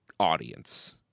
audience